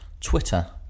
Twitter